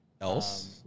Else